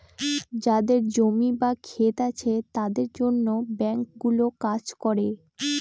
যাদের জমি বা ক্ষেত আছে তাদের জন্য ব্যাঙ্কগুলো কাজ করে